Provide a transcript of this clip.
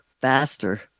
faster